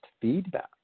feedback